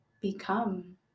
become